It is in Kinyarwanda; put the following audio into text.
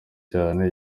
cyane